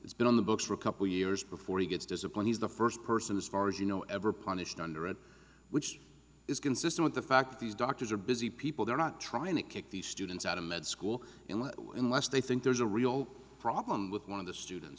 has been on the books recover for years before he gets discipline he's the first person as far as you know ever punished under oath which is consistent with the fact that these doctors are busy people they're not trying to kick these students out of med school and unless they think there's a real problem with one of the students